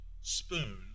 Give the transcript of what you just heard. spoon